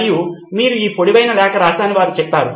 మరియు మీరు ఈ పొడవైన లేఖ రాశారని వారు చెప్తారు